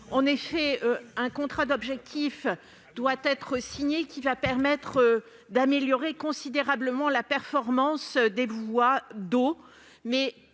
En effet, un contrat d'objectifs doit être signé pour permettre d'améliorer considérablement la performance des voies d'eau.